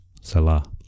Salah